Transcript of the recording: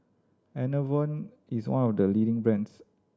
Enervon is one of the leading brands